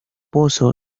pozo